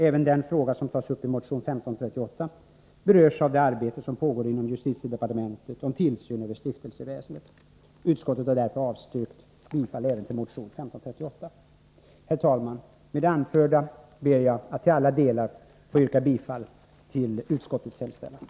Även den fråga som tas upp i motion 1538 berörs av det arbete som pågår inom justitiedepartementet om tillsyn över stiftelseväsendet. Utskottet har därför avstyrkt motion 1538. Herr talman! Med det anförda ber jag att till alla delar få yrka bifall till utskottets hemställan.